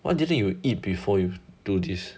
what did you eat before you do this